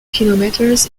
kilometers